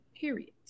Period